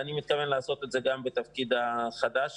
אני מתכוון לעשות את זה גם בתפקיד החדש.